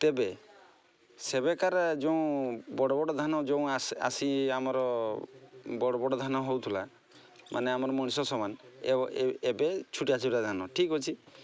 ତେବେ ସେବେକାର ଯୋଉ ବଡ଼ ବଡ଼ ଧାନ ଯୋଉ ଆସି ଆସି ଆମର ବଡ଼ ବଡ଼ ଧାନ ହେଉଥିଲା ମାନେ ଆମର ମଣିଷ ସମାନ ଏବେ ଛୁଟିଆ ଛୁଟା ଧାନ ଠିକ୍ ଅଛି